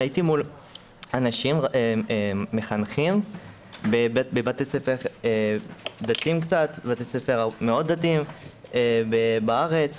הייתי מול מחנכים בבתי ספר דתיים ובתי ספר דתיים מאוד בארץ.